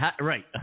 Right